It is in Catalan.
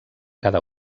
cada